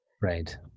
Right